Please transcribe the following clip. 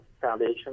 Foundation